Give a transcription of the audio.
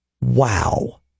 Wow